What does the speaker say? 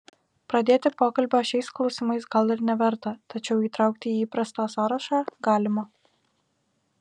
pradėti pokalbio šiais klausimais gal ir neverta tačiau įtraukti į įprastą sąrašą galima